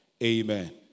amen